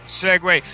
segue